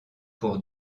pour